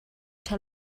ṭha